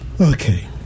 okay